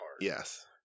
Yes